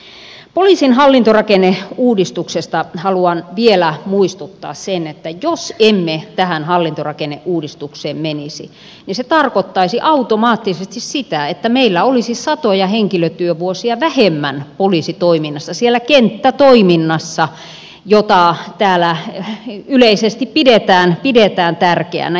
poliisin hallintorakenneuudistuksesta haluan vielä muistuttaa sen että jos emme tähän hallintorakenneuudistukseen menisi niin se tarkoittaisi automaattisesti sitä että meillä olisi satoja henkilötyövuosia vähemmän poliisitoiminnassa siellä kenttätoiminnassa jota täällä yleisesti pidetään tärkeänä